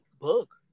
book